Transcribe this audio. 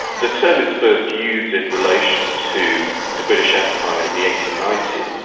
the term is first used in relation to the british empire in the eighteen ninety s.